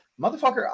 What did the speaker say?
motherfucker